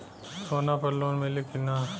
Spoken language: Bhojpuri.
सोना पर लोन मिली की ना?